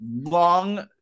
long